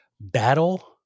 battle